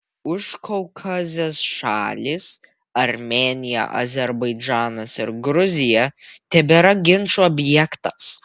užkaukazės šalys armėnija azerbaidžanas ir gruzija tebėra ginčų objektas